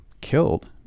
killed